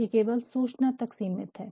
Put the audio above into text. ये केवल सूचना तक सीमित है